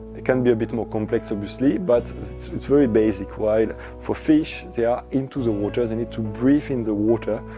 it can be a bit more complex, obviously, but it's it's very basic. while for fish, they are in the water. they need to breathe in the water,